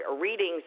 Readings